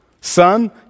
Son